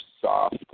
soft